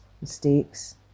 mistakes